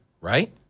right